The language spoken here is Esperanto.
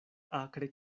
akre